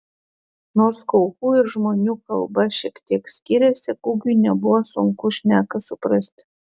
nors kaukų ir žmonių kalba šiek tiek skyrėsi gugiui nebuvo sunku šneką suprasti